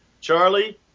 Charlie